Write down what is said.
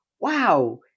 wow